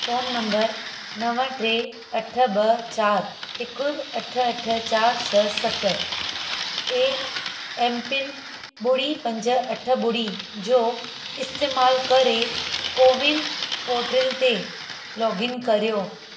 phone number नव टे अठ ॿ चारि हिकु अठ अठ चारि छह सत ए एम पिन ॿुड़ी पंज अठ ॿुड़ी जो इस्तेमाल करे कोविन पोट्रल ते लॉगइन कयो